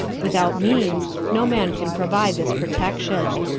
without means no man can provide this protection.